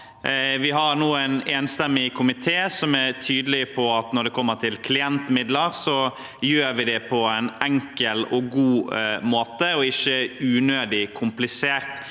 Vi har nå en enstemmig komité som er tydelig på at når det gjelder klientmidler, gjør vi det på en enkel og god måte og ikke unødig komplisert.